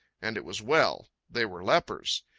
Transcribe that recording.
and it was well. they were lepers.